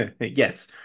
Yes